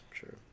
Sure